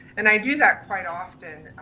and i do that quite often,